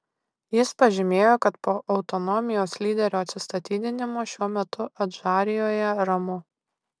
jis pažymėjo kad po autonomijos lyderio atsistatydinimo šiuo metu adžarijoje ramu